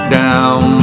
down